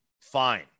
Fine